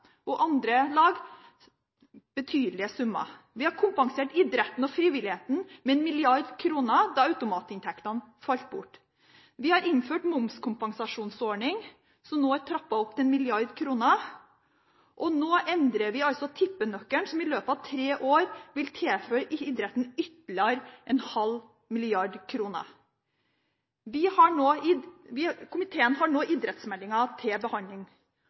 og andre lag betydelige summer, vi har kompensert idretten og frivilligheten med 1 mrd. kr da automatinntekten falt bort, vi har innført momskompensasjonsordning – som nå er trappet opp til 1 mrd. kr – og nå endrer vi altså tippenøkkelen, som i løpet av tre år vil tilføre idretten ytterligere 0,5 mrd. kr. Komiteen har nå idrettsmeldingen til behandling, og i denne meldingen vil vi få god tid og anledning til